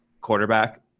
quarterback